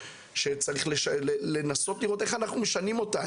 שצריך לנסות לראות איך אנחנו משנים אותה.